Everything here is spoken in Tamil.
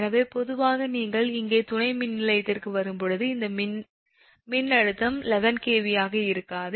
எனவே பொதுவாக நீங்கள் இங்கே துணை மின்நிலையத்திற்கு வரும்போது இந்த மின்னழுத்தம் 11 𝑘𝑉 ஆக இருக்காது